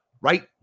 right